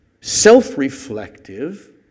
self-reflective